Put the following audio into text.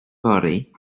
fory